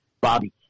Bobby